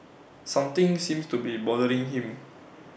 something seems to be bothering him